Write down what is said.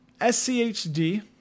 SCHD